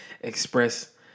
express